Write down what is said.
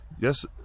Yes